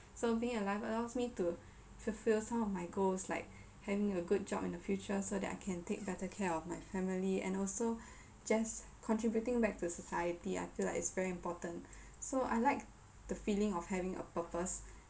so being alive allows me to fulfill some of my goals like having a good job in the future so that I can take better care of my family and also just contributing back to society I feel like it's very important so I like the feeling of having a purpose